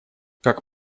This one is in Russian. как